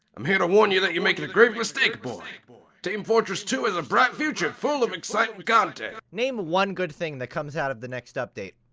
i'm here to warn you that you're making a grave mistake, boy boy team fortress two has a bright future full of exciting content! name one good thing that comes out of the next update.